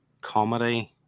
comedy